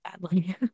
badly